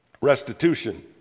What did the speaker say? restitution